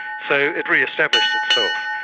so it re-established itself.